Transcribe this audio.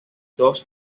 dos